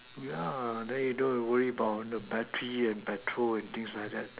yeah then you don't need to worry about the batteries and petrols and things like that